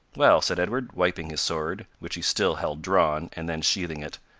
well, said edward, wiping his sword, which he still held drawn, and then sheathing it,